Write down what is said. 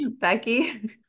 Becky